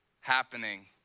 happening